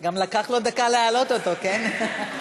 גם לקח לו דקה להעלות אותו, כן?